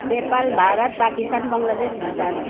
Nepal Bharat Pakistan Bangladesh Bhutan